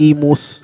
Imus